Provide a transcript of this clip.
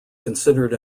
considered